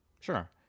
sure